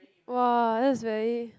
!wah! that's very